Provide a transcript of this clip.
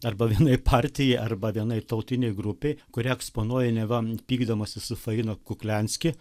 arba vienai partijai arba vienai tautinei grupei kuri eksponuoja neva pykdamasis su faina kuklianski